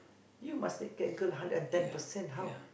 you must take care girl hundred and ten percent how